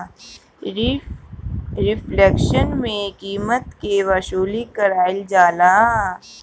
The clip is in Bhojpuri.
रिफ्लेक्शन में कीमत के वसूली कईल जाला